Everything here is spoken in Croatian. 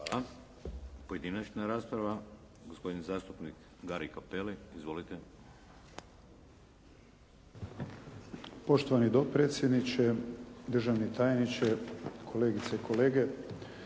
Pojedinačna rasprava. Gospodin zastupnik Gari Capelli. Izvolite. **Cappelli, Gari (HDZ)** Poštovani dopredsjedniče, državni tajniče, kolegice i kolege.